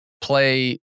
play